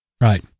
Right